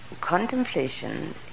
contemplation